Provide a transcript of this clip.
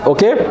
Okay